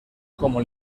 como